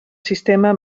sistema